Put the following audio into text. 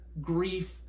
grief